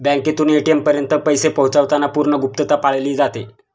बँकेतून ए.टी.एम पर्यंत पैसे पोहोचवताना पूर्ण गुप्तता पाळली जाते